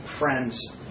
friends